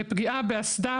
פגיעה באסדה,